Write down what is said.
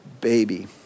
baby